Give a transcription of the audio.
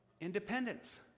independence